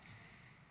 שלו